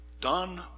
done